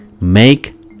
make